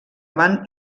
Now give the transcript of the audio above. van